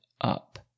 up